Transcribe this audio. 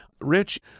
Rich